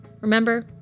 remember